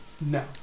No